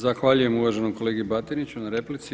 Zahvaljujem uvaženom kolegi Batiniću na replici.